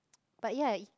but ya